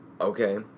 Okay